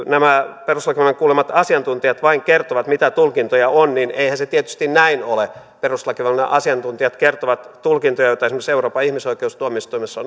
nämä perustuslakivaliokunnan kuulemat asiantuntijat vain kertovat mitä tulkintoja on niin eihän se tietysti näin ole perustuslakivaliokunnan asiantuntijat kertovat tulkintoja joita esimerkiksi euroopan ihmisoikeustuomioistuimessa